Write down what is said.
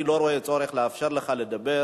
אני לא רואה צורך לאפשר לך לדבר,